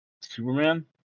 Superman